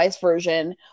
version